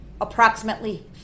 approximately